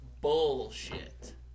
bullshit